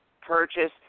purchase